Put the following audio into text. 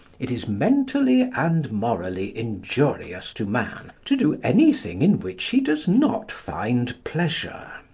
it is mentally and morally injurious to man to do anything in which he does not find pleasure,